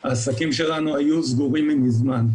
העסקים שלנו היו סגורים מזמן.